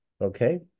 okay